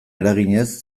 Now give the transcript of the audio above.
eraginez